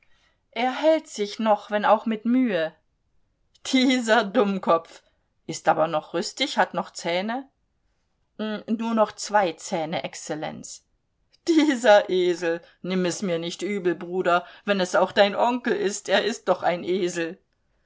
er hält sich noch wenn auch mit mühe dieser dummkopf ist aber noch rüstig hat noch zähne nur noch zwei zähne exzellenz dieser esel nimm es mir nicht übel bruder wenn es auch dein onkel ist er ist doch ein esel